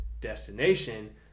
destination